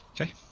Okay